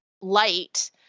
light